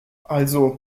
also